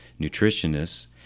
nutritionists